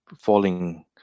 falling